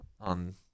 on